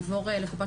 שלום לכולם.